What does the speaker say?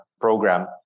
program